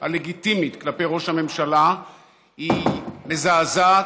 הלגיטימית כלפי ראש הממשלה היא מזעזעת,